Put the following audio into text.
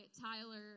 Tyler